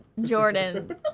Jordan